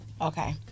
okay